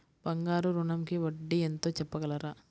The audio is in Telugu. బంగారు ఋణంకి వడ్డీ ఎంతో చెప్పగలరా?